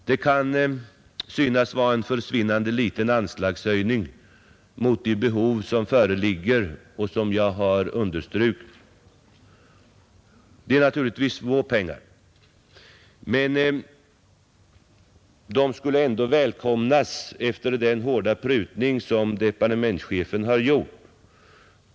Det kan synas vara en försvinnande liten anslagshöjning i förhållande till det behov som föreligger och som jag har understrukit, men pengarna skulle ändå välkomnas efter den hårda prutning som departementschefen har gjort.